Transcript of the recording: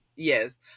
Yes